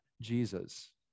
Jesus